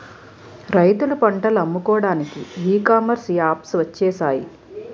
రైతులు పంటలు అమ్ముకోవడానికి ఈ కామర్స్ యాప్స్ వచ్చేసాయి